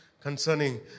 concerning